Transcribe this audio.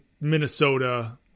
Minnesota